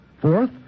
Fourth